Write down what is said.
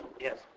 Yes